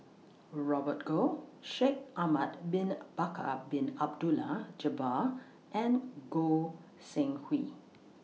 Robert Goh Shaikh Ahmad Bin Bakar Bin Abdullah Jabbar and Goi Seng Hui